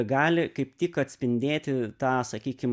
gali kaip tik atspindėti tą sakykim